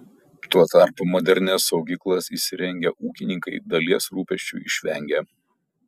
tuo tarpu modernias saugyklas įsirengę ūkininkai dalies rūpesčių išvengia